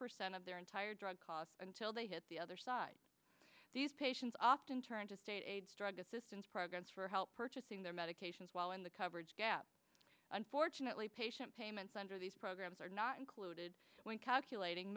percent of their entire drug costs until they hit the other side these patients often turn to state aids drug assistance programs for help purchasing their medications while in the coverage gap unfortunately patient payments under these programs are not included when calculating